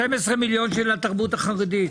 של התרבות החרדית.